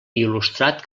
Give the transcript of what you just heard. il·lustrat